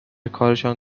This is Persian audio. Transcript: کارشان